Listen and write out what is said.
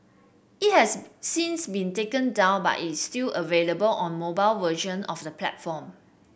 it has since been taken down but it still available on mobile version of the platform